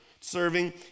serving